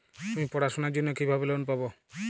আমি পড়াশোনার জন্য কিভাবে লোন পাব?